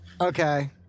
Okay